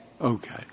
Okay